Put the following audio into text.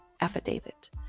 affidavit